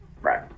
Right